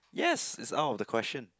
yes is out of the question